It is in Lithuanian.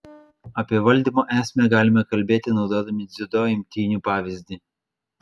apie valdymo esmę galime kalbėti naudodami dziudo imtynių pavyzdį